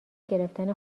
گرفتن